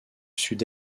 sud